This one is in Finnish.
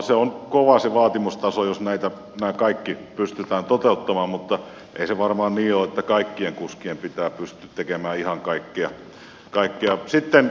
se vaatimustaso on kova jos nämä kaikki pystytään toteuttamaan mutta ei se varmaan niin ole että kaikkien kuskien pitää pystyä tekemään ihan kaikkea